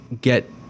get